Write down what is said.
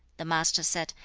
the master said,